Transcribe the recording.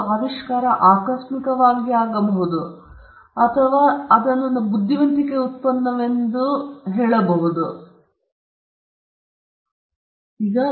ಒಂದು ಆವಿಷ್ಕಾರ ಇದು ಒಂದು ಆಕಸ್ಮಿಕ ಆವಿಷ್ಕಾರ ಆಗಿರಬಹುದು ಆದರೆ ನಾವು ಅದನ್ನು ಬುದ್ಧಿವಂತಿಕೆಯ ಉತ್ಪನ್ನವೆಂದು ಕಡಿಮೆ ಎಂದು ಎಂದಿಗೂ ಹೇಳಿಕೊಳ್ಳುವುದಿಲ್ಲ